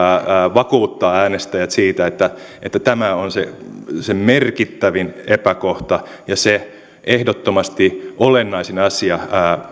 vakuuttaa äänestäjät siitä että että tämä on se se merkittävin epäkohta ja se ehdottomasti olennaisin asia